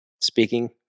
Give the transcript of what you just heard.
speaking